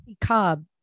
Cobb